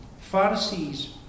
Pharisees